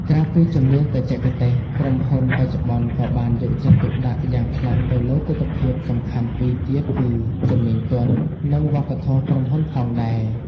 ក្រៅពីជំនាញបច្ចេកទេស ក្រុមហ៊ុនបច្ចុប្បន្នក៏បានយកចិត្តទុកដាក់យ៉ាងខ្លាំងទៅលើទិដ្ឋភាពសំខាន់ពីរទៀតគឺ ជំនាញទន់ និងវប្បធម៌ក្រុមហ៊ុនផងដែរ។